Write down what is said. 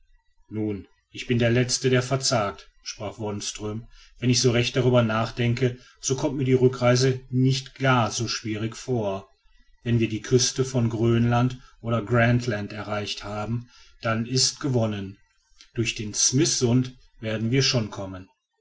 nun ich bin der letzte der verzagt sprach wonström wenn ich so recht darüber nachdenke so kommt mir die rückreise nicht gar so schwierig vor wenn wir die küste von grönland oder grant land erreicht haben dann ist gewonnen durch den smiths sund werden wir schon kommen